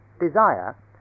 Desire